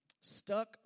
Stuck